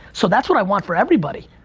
so that's what i want for everybody.